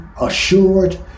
assured